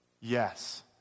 Yes